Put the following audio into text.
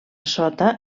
sota